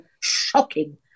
shocking